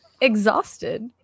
exhausted